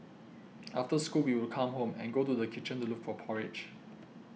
after school we would come home and go to kitchen to look for porridge